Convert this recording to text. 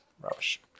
rubbish